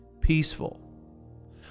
peaceful